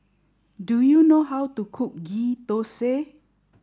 do you know how to cook Ghee Thosai